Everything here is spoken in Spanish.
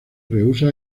rehúsa